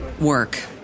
work